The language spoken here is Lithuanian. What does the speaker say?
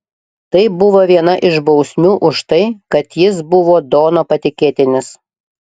tai buvo viena iš bausmių už tai kad jis buvo dono patikėtinis